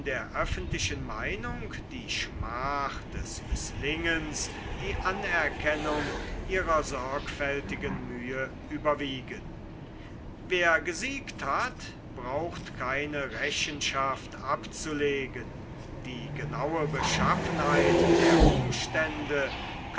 der öffentlichen meinung die schmach des mißlingens die anerkennung ihrer sorgfältigen mühe überwiegen wer gesiegt hat braucht keine rechenschaft abzulegen die genaue beschaffenheit der umstände